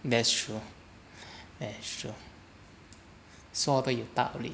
that's true eh sure 说的有道理